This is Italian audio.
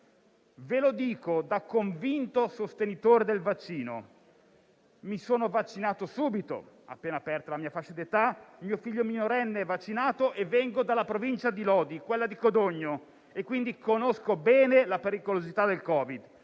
Ve lo dico da convinto sostenitore del vaccino. Mi sono vaccinato subito, appena aperta la mia fascia di età, e mio figlio minorenne è vaccinato. Vengo dalla provincia di Lodi, quella di Codogno e, quindi, conosco bene la pericolosità del Covid-19: